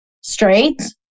straight